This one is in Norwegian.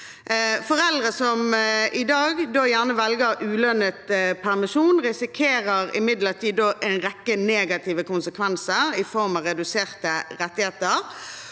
Foreldre som i dag gjerne velger ulønnet permisjon, risikerer imidlertid en rekke negative konsekvenser i form av reduserte rettigheter,